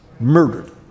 murdered